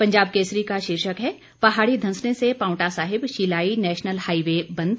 पंजाब केसरी का शीर्षक है पहाड़ी धंसने से पांवटा साहिब शिलाई नेशनल हाईवे बंद